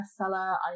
bestseller